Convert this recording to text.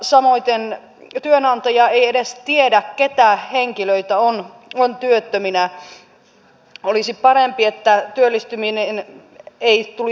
tämän takia lapsiperheomaishoitotilanteet saattavat olla joskus todella vaikeita ja ohjata sitä kautta ihmiset säännöllisen toimeentulotuen pariin